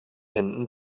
händen